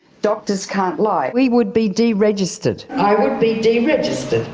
doctors can't lie. we would be deregistered. i would be deregistered.